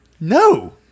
No